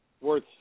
worth